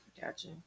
gotcha